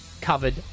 covered